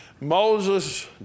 Moses